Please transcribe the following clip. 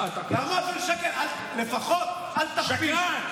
לפחות אל תכפיש.